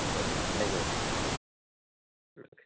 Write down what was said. മ് okay thank you okay